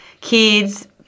kids